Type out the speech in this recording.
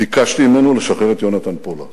וביקשתי ממנו לשחרר את יונתן פולארד.